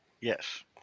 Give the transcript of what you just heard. Yes